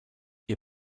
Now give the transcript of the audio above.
ihr